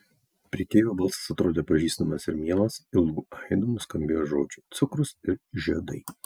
prekeivio balsas atrodė pažįstamas ir mielas ilgu aidu nuskambėjo žodžiai cukrus ir žiedai